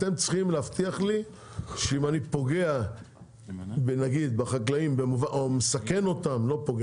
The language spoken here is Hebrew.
אתם צריכים להבטיח לי שאם אני פוגע בחקלאים או לא פוגע,